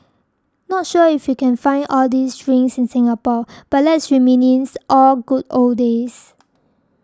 not sure if you can find all these drinks in Singapore but let's reminisce all good old days